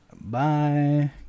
Bye